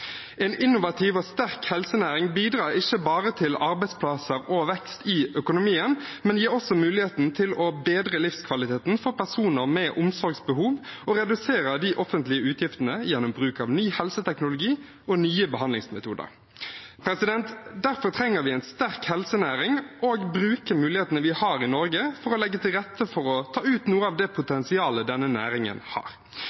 En innovativ og sterk helsenæring bidrar ikke bare til arbeidsplasser og vekst i økonomien, men gir også mulighet til å bedre livskvaliteten for personer med omsorgsbehov og reduserer de offentlige utgiftene gjennom bruk av ny helseteknologi og nye behandlingsmetoder. Derfor trenger vi en sterk helsenæring og å bruke mulighetene vi har i Norge, for å legge til rette for å ta ut noe av det